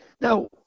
Now